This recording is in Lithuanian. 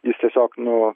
jis tiesiog nu